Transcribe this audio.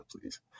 please